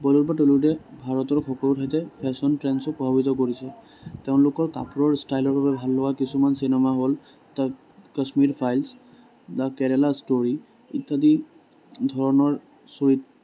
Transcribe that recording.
Bollywood বা টলীউডে ভাৰতৰ সকলো ঠাইতে ফেশ্বন ট্ৰেণ্ডছক প্ৰভাৱিত কৰিছে তেওঁলোকৰ কাপোৰৰ ষ্টাইলৰ বাবে ভাল লগা কিছুমান চিনেমা হ'ল the Kashmir files the Kerala story ইত্যাদি ধৰণৰ